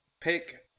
pick